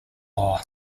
law